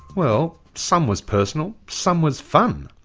well, some was personal, some was fun.